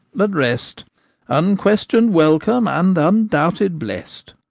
but rest unquestion'd welcome and undoubted blest.